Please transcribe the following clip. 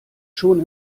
schon